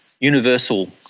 universal